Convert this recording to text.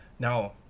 Now